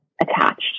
attached